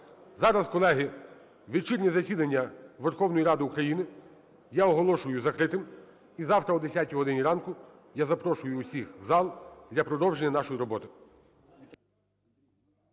Зараз, колеги, вечірнє засідання Верховної Ради України я оголошую закритим і завтра о 10 годині ранку я запрошую усіх в зал для продовження нашої роботи.